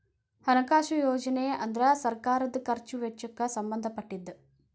ಹಣಕಾಸು ಯೋಜನೆ ಅಂದ್ರ ಸರ್ಕಾರದ್ ಖರ್ಚ್ ವೆಚ್ಚಕ್ಕ್ ಸಂಬಂಧ ಪಟ್ಟಿದ್ದ